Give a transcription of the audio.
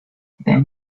then